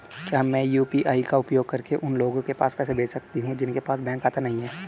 क्या मैं यू.पी.आई का उपयोग करके उन लोगों के पास पैसे भेज सकती हूँ जिनके पास बैंक खाता नहीं है?